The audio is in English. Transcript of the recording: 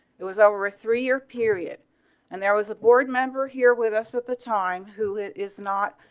it was over three year period and there was a board member here with us at the time. who it is not.